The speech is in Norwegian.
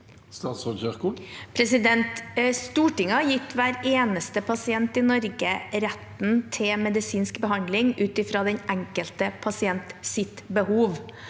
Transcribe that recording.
Ingvild Kjerkol Stortinget har gitt hver eneste pasient i Norge retten til medisinsk behandling, ut fra den enkelte pasients behov.